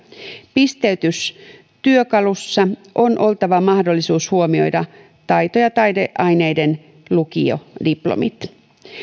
pisteytystyökalussa on oltava mahdollisuus huomioida taito ja taideaineiden lukiodiplomit